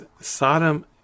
Sodom